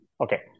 okay